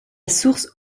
source